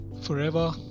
Forever